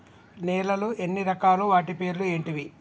నేలలు ఎన్ని రకాలు? వాటి పేర్లు ఏంటివి?